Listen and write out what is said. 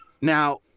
Now